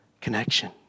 Connection